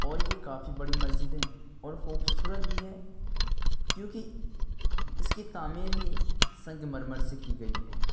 اور یہ کافی بڑی مسجد ہے اور خوبصورت بھی ہے کیونکہ اس کی تعمیر ہی سنگ مرمر سے کی گئی ہے